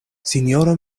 sinjoro